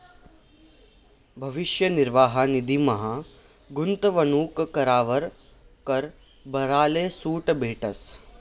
भविष्य निर्वाह निधीमा गूंतवणूक करावर कर भराले सूट भेटस